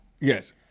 Yes